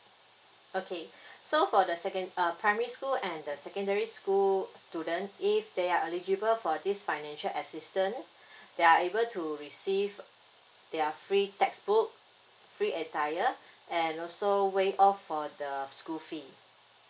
okay so for the second uh primary school and the secondary school students if they are eligible for this financial assistance they are able to receive their free textbook free attire and also waive off for the school fee